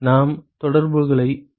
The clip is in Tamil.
நாம் தொடர்புகளைப் பெறலாம்